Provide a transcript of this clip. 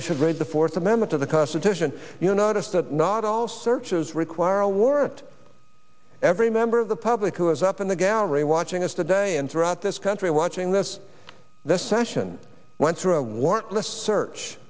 we should raise the fourth amendment to the constitution you notice that not all searches require a warrant every member of the public who is up in the gallery watching us today and throughout this country watching this this session went through a warrantless search